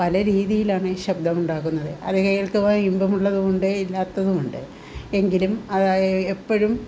പലരീതിയിലാണ് ശബ്ദമുണ്ടാകുന്നത് അത് കേൾക്കുവാൻ ഇമ്പമുള്ളതുണ്ട് ഇല്ലാത്തതുമുണ്ട് എങ്കിലും എപ്പോഴും